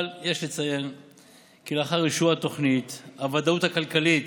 אבל יש לציין כי לאחר אישור תוכנית הוודאות הכלכלית,